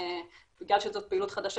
בגלל שזאת פעילות חדשה,